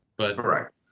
Correct